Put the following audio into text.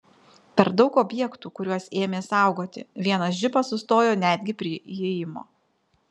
per daug objektų kuriuos ėmė saugoti vienas džipas sustojo netgi prie įėjimo